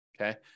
okay